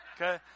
Okay